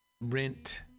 rent